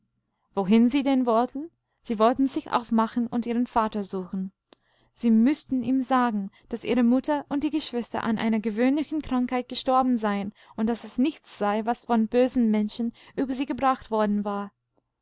diesemjahrdiegänsenichthüten siemüßtenanderswohin wohinsiedenn wollten sie wollten sich aufmachen und ihren vater suchen sie müßten ihm sagen daß ihre mutter und die geschwister an einer gewöhnlichenkrankheitgestorbenseien unddaßesnichtssei wasvonbösen menschen über sie gebracht worden war